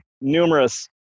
numerous